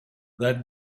that